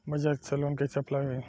बज़ाज़ से लोन कइसे अप्लाई होई?